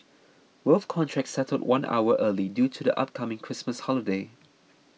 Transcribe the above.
both contracts settled one hour early due to the upcoming Christmas holiday